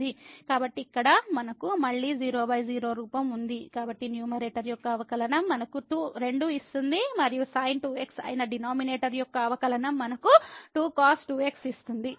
కాబట్టి ఇక్కడ మనకు మళ్ళీ00 రూపం ఉంది కాబట్టి న్యూమరేటర్ యొక్క అవకలనం మనకు 2 ఇస్తుంది మరియు sin2x అయిన డినామినేటర్ యొక్క అవకలనం మనకు 2 cos2 x ఇస్తుంది